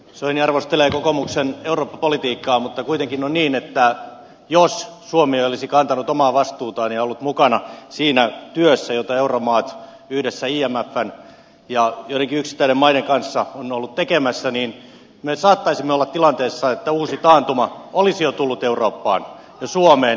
soini arvostelee kokoomuksen eurooppa politiikkaa mutta kuitenkin on niin että jos suomi ei olisi kantanut omaa vastuutaan ja ollut mukana siinä työssä mitä euromaat yhdessä imfn ja joidenkin yksittäisten maiden kanssa ovat olleet tekemässä niin me saattaisimme olla tilanteessa että uusi taantuma olisi jo tullut eurooppaan ja suomeen